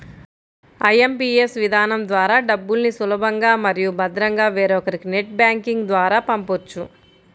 IMPS విధానం ద్వారా డబ్బుల్ని సులభంగా మరియు భద్రంగా వేరొకరికి నెట్ బ్యాంకింగ్ ద్వారా పంపొచ్చు